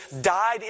died